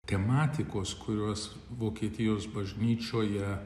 tematikos kurios vokietijos bažnyčioje